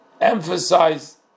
Emphasize